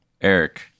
Eric